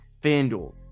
FanDuel